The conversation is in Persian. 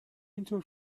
اینطور